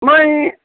ओमफ्राय